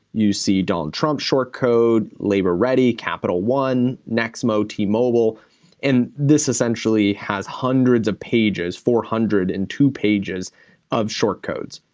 you see donald trump short code, labor ready, capital one, nexmo, t-mobile, and this essentially has hundreds of pages, four hundred and two pages of short codes.